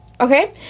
okay